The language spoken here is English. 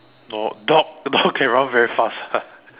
no dog dog dog can run very fast [what]